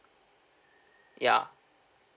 ya